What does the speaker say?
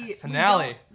finale